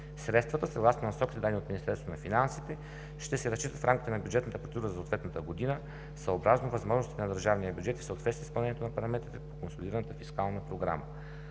Средствата съгласно насоките, дадени от Министерство на финансите, ще се разчитат в рамките на бюджетната процедура за съответната година, съобразно възможностите на държавния бюджет и в съответствие с изпълнението на параметрите по консолидираната фискална програма.